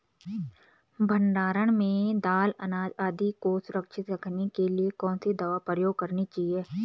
भण्डारण में दाल अनाज आदि को सुरक्षित रखने के लिए कौन सी दवा प्रयोग करनी चाहिए?